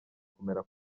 kumera